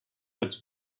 its